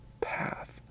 path